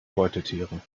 beutetiere